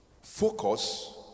focus